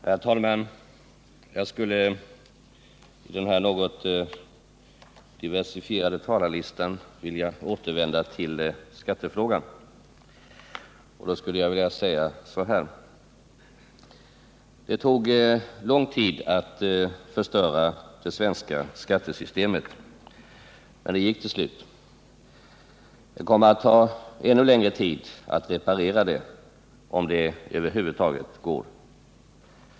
Herr talman! Jag skulle i denna något diversifierade ärendebehandling vilja återvända till skattefrågan och framhålla följande. Det tog lång tid att förstöra det svenska skattesystemet. Men det gick till slut. Det kommer att ta ännu längre tid att reparera det, om det över huvud taget går.